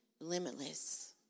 limitless